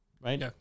right